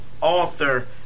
author